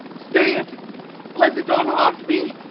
stay it let it not haunt me.